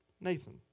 Nathan